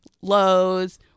Lowe's